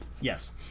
Yes